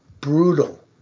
brutal